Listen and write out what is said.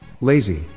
lazy